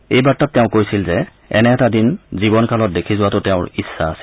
এই বাৰ্তাত তেওঁ কৈছিল যে এনে এটা দিন জীৱনকালত দেখি যোৱাটো তেওঁৰ ইচ্ছা আছিল